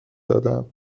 دادم